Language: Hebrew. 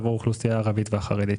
עבור האוכלוסייה הערבית והחרדית.